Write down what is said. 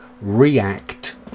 react